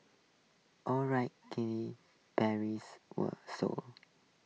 alright Katy Perry were sold